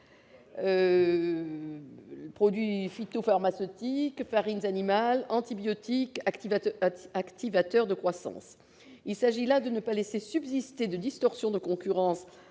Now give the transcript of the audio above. produits phytopharmaceutiques, farines animales ou encore antibiotiques activateurs de croissance. Il s'agit de ne pas laisser subsister de distorsion de concurrence